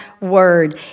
Word